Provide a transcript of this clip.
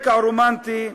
רקע רומנטי,